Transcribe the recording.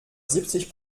siebzig